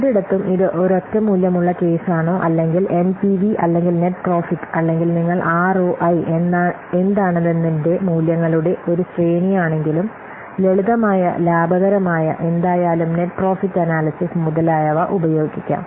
രണ്ടിടത്തും ഇത് ഒരൊറ്റ മൂല്യമുള്ള കേസാണോ അല്ലെങ്കിൽ എൻപിവി അല്ലെങ്കിൽ നെറ്റ് പ്രോഫിറ്റ് അല്ലെങ്കിൽ നിങ്ങൾ ആർഒഐ എന്താണെന്നതിന്റെ മൂല്യങ്ങളുടെ ഒരു ശ്രേണിയാണെങ്കിലും ലളിതമായ ലാഭകരമായ എന്തായാലും നെറ്റ് പ്രോഫിറ്റ് അനാല്യ്സിസ് മുതലായവ ഉപയോഗിക്കാം